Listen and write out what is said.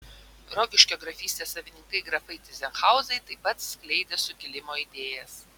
rokiškio grafystės savininkai grafai tyzenhauzai taip pat skleidė sukilimo idėjas